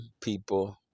people